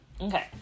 Okay